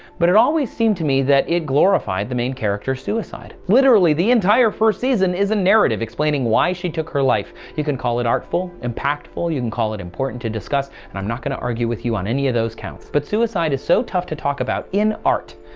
but it always seemed to me that it glorified the main character's suicide literally the entire first season is a narrative explaining why she took her life. you can call it artful, impactful, you can call it important to discuss and i'm not going to argue with you on any of those counts. but suicide is so tough to talk about in art,